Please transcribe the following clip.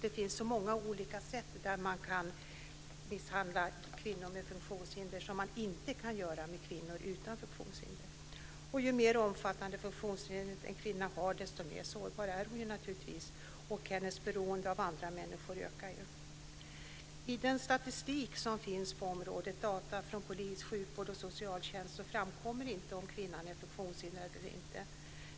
Det finns många olika sätt att misshandla kvinnor med funktionshinder på som man inte kan använda mot kvinnor utan funktionshinder. Ju mer omfattande funktionshinder en kvinna har desto mer sårbar är hon naturligtvis, och hennes beroende av andra människor ökar. I den statistik som finns på området, data från polis, sjukvård och socialtjänst, framkommer det inte om en kvinna är funktionshindrad eller inte.